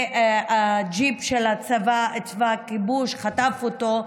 וג'יפ של הצבא, צבא הכיבוש, חטף אותו.